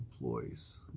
Employees